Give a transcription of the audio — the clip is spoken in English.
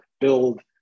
build